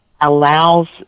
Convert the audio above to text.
allows